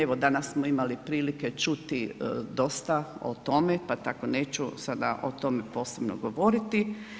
Evo danas smo imali prilike čuti dosta o tome pa tako neću sada o tome posebno govoriti.